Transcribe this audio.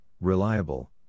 reliable